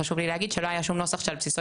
חשוב לי להגיד שלא היה כל נוסח שעל בסיסו